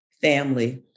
family